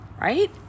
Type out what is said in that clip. right